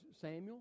Samuel